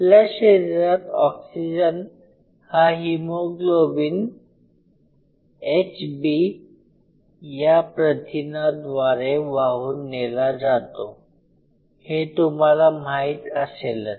आपल्या शरीरात ऑक्सिजन हा हिमोग्लोबीन Hb या प्रथिनाद्वारे वाहून नेला जातो हे तुम्हाला माहीत असेलच